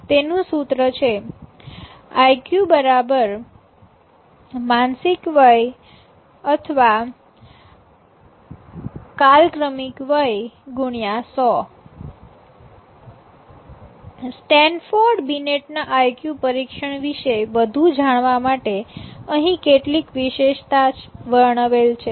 તેનું સૂત્ર છે IQ MACA x ૧૦૦ સ્ટેનફોર્ડ બીનેટના આઈક્યુ પરીક્ષણ વિશે વધુ જાણવા માટે અહીં કેટલીક વિશેષતા વર્ણવેલ છે